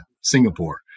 Singapore